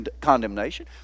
condemnation